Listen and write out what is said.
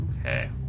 Okay